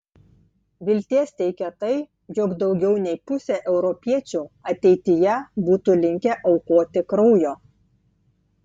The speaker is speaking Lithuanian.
vilties teikia tai jog daugiau nei pusė europiečių ateityje būtų linkę aukoti kraujo